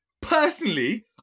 Personally